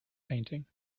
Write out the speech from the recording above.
painting